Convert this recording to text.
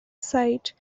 site